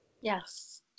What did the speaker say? Yes